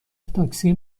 تاکسی